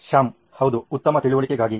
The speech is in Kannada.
ಶ್ಯಾಮ್ ಹೌದು ಉತ್ತಮ ತಿಳುವಳಿಕೆಗಾಗಿ